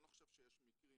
אני לא חושב שיש מקרים,